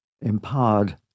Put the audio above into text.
empowered